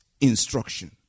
instruction